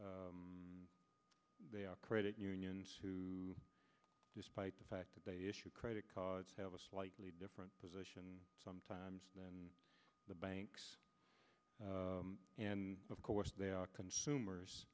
companies they are credit unions to despite the fact that they issued credit cards have a slightly different position sometimes than the banks and of course they are consumers